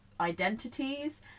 identities